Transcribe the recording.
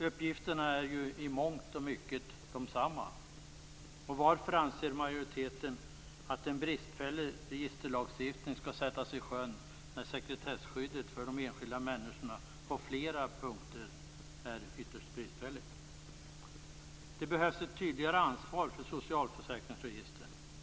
Uppgifterna är ju i mångt och mycket desamma. Och varför anser majoriteten att en bristfällig registerlagstiftning skall sättas i sjön när sekretesskyddet för de enskilda människorna på flera punkter är ytterst bristfälligt? Det behövs ett tydligare ansvar för socialförsäkringsregistren.